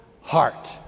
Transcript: heart